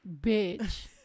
bitch